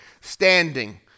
Standing